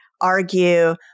argue